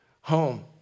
home